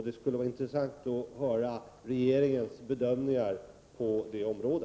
Det skulle vara intressant att höra regeringens bedömningar på detta område.